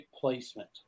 placement